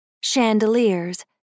chandeliers